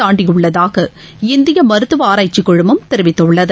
தாண்டியுள்ளதாக இந்திய மருத்துவ ஆராய்ச்சி குழுமம் தெரிவித்துள்ளது